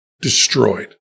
destroyed